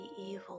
evil